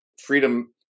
freedom